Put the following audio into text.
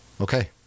okay